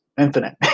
infinite